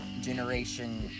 generation-